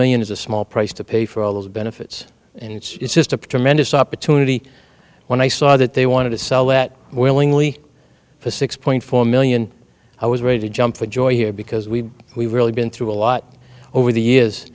million is a small price to pay for all those benefits and it's just up to mendis opportunity when i saw that they wanted to sell that willingly for six point four million i was ready to jump for joy here because we we've really been through a lot over the years